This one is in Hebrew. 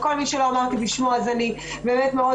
כל מי שלא אמרתי בשמו אני באמת מאוד